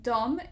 Dom